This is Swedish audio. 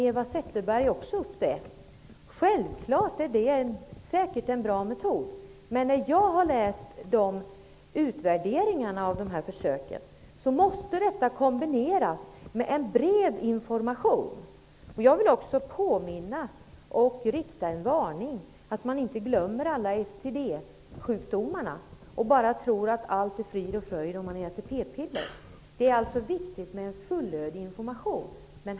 Eva Zetterberg tog upp frågan om gratis p-piller. Det är säkert en bra metod, men efter att ha tagit del av utvärderingarna av dessa försök har jag funnit att metoden måste kombineras med en bred information. Jag vill också varna för att glömma de sexuellt överförbara sjukdomarna. Man skall inte tro att allt är frid och fröjd bara för att man tillhandahåller gratis p-piller. Det är alltså viktigt med en fullödig information.